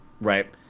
right